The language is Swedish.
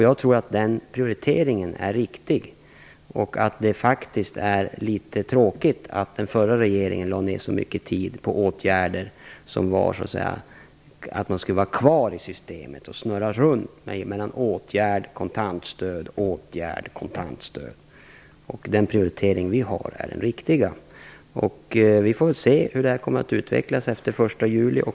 Jag tror att den prioriteringen är riktig och att det faktiskt är litet tråkigt att den förra regeringen lade ner så mycket tid på åtgärder för att dessa människor skulle vara kvar i systemet och snurra runt mellan åtgärd, kontantstöd, åtgärd, kontantstöd. Vår prioritering är riktig. Vi får väl se hur det här kommer att utvecklas efter den 1 juli.